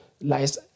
lies